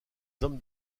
hommes